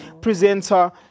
presenter